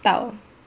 倒